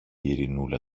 ειρηνούλα